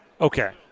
Okay